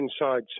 inside